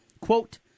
Quote